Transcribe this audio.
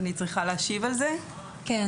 כן.